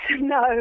No